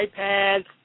iPads